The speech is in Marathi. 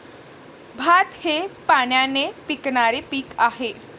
भात हे पाण्याने पिकणारे पीक आहे